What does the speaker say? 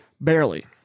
Barely